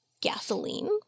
gasoline